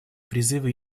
призывы